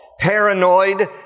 Paranoid